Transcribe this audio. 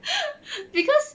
because